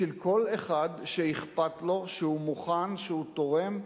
בשביל כל אחד שאכפת לו, שהוא מוכן, שהוא תורם,